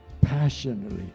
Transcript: passionately